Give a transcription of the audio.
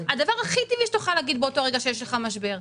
הדבר הכי טבעי שתוכל להגיד באותו רגע שיש לך משבר.